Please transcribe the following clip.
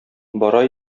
бара